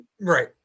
Right